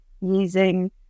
using